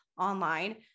online